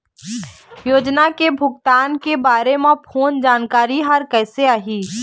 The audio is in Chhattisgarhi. योजना के भुगतान के बारे मे फोन जानकारी हर कइसे आही?